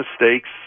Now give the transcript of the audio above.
mistakes